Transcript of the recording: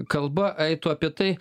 kalba eitų apie tai